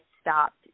stopped